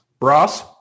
Ross